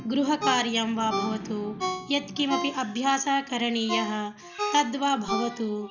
गृहकार्यं वा भवतु यत्किमपि अभ्यासः करणीयः तद्वा भवतु